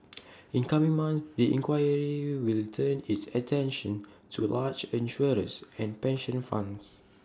in coming month the inquiry will turn its attention to large insurers and pension funds